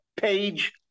page